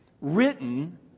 written